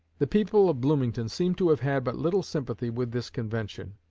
the people of bloomington seem to have had but little sympathy with this convention.